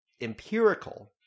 empirical